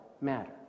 matter